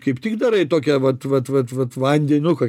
kaip tik darai tokią vat vat vat vat vandenuką